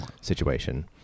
situation